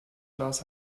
glas